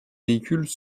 véhicules